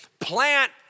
plant